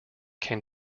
can